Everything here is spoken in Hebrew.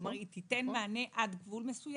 כלומר, היא תיתן מענה עד גבול מסוים.